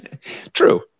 True